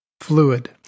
fluid